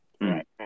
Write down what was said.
Right